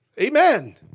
Amen